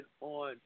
on